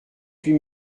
huit